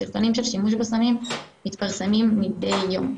סרטונים של שימוש בסמים מתפרסמים מדי יום.